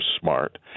smart